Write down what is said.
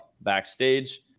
backstage